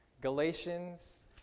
Galatians